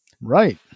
Right